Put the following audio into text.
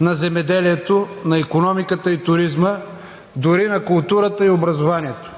на земеделието, на икономиката и туризма, дори на културата и образованието.